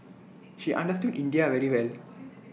she understood India very well